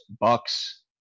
Bucks